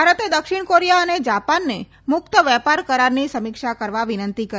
ભારતે દક્ષિણ કોરિયા અને જાપાનને મુક્ત વેપાર કરારની સમીક્ષા કરવા વિનંતી કરી